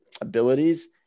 abilities